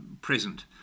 present